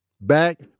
Back